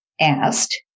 asked